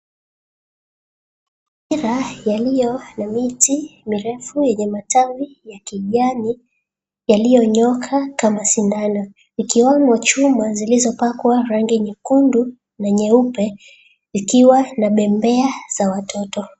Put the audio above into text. Mazingira yaliyo na miti mirefu yenye matawi ya kijani yaliyonyooka kama sindano, ikiwemo chuma zilizopakwa rangi nyekundu na nyeupe ikiwa na bembea za watoto.